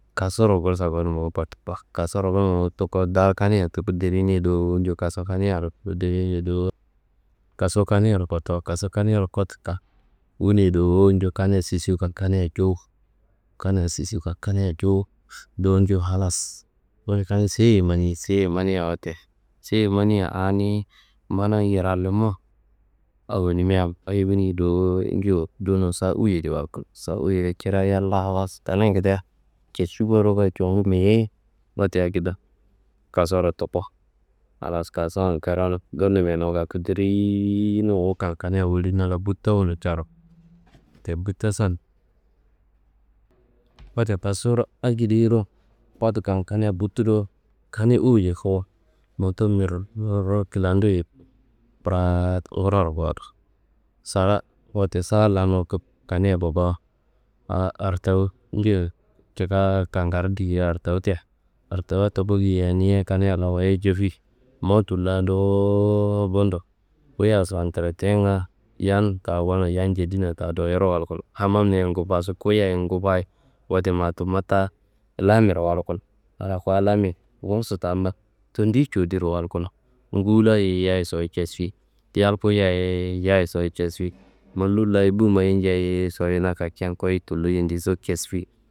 Kasuro gursa gonu muku kotoko, kasuro gonu muku tuku dar kaniya tuku dirini dowo njo. Kasu kaniya dirini dowo, kasu kaniyaro kotowo, kasu kaniyaro kotuka. Wuni dowo nju kaniya sisiwuka, kaniya jowu, kaniya sisiwuka kaniya jowu dowo nju. Halas kani seyiye mani, seyiye mania wote, seyiye mania ani manu yirallumu awonimia akedi wuni dowo njo. Dunu sa uwu yedi walkuno, sa uwu jiri yal layi wasa, kaningedea cesfi boro goyia congu meyei. Wote akedo, kasuwuro tuku halas kasuwan kranu bundo menu gaku dirinu wukan, kaniya woliyina la butawano caro. Wote butasan, wote kasuwuro akediro kotukan kaniya butudo kani uwu yufuwu, moto mearo kladoye braado nguroro kowodo. Sara wota sa lannu kup kaniye kukowo a la artawu njeyi cika kangar diyea artawu te. Artawuwa tuku giyawunia kaniya awoyia jefi, mowu tulla dowo bundo wuyiya satretinga yan ta gonu yan jedina ta dowoyiro walkuno. Hamamniya ye nguwufusa, kuyiya ye nguwufayi, wota ma tumma ta lambero walkuno. A fuwu lambe gursu tam ba tendiyi cowodiro walkuno, nguwulla ye yayi sowu cesfi yal kuyiya ye yayi sowu cesfi, malum layi bu mayi njeyi sowu na kakeyan kuyi tullo yindiso cesfi.